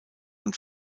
und